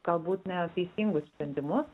galbūt neteisingus sprendimus